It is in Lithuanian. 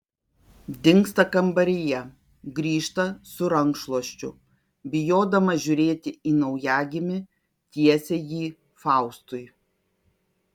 dingsta kambaryje grįžta su rankšluosčiu bijodama žiūrėti į naujagimį tiesia jį faustui